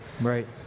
Right